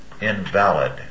invalid